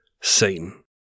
Satan